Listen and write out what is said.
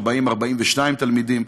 40 42 תלמידים.